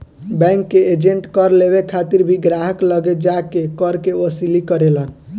bank के agent कर लेवे खातिर भी ग्राहक लगे जा के कर के वसूली करेलन